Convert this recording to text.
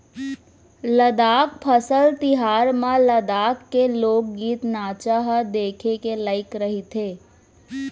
लद्दाख फसल तिहार म लद्दाख के लोकगीत, नाचा ह देखे के लइक रहिथे